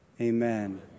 Amen